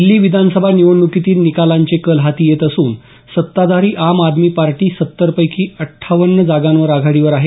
दिल्ली विधानसभा निवडणुकीतील निकालांचे कल हाती येत असून सत्ताधारी आम आदमी पार्टी सत्तरपैकी अठ्ठावण्ण जागांवर आघाडीवर आहे